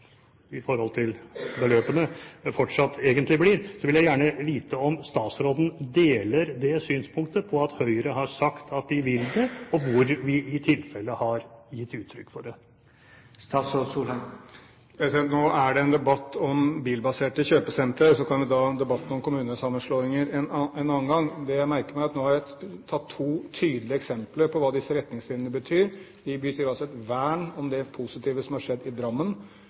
i forhold til beløpene fortsatt egentlig blir – vil jeg gjerne vite om statsråden deler synspunktet om at Høyre har sagt at de vil det, og hvor vi i tilfellet har gitt uttrykk for det. Nå er det en debatt om bilbaserte kjøpesenter, og så kan vi ta debatten om kommunesammenslåinger en annen gang. Nå har jeg tatt to tydelige eksempler på hva disse retningslinjene betyr. De betyr altså et vern om det positive som har skjedd i Drammen.